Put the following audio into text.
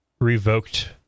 revoked